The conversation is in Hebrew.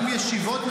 גם זה לא נכון.